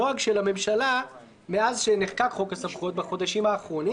הנוהג של הממשלה מאז שנחקק החוק הסמכויות בחודשים האחרונים,